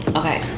okay